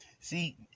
see